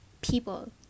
people